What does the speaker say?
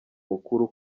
mukuru